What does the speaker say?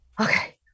okay